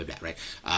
right